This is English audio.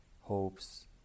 hopes